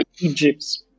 Egypt